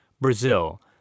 Brazil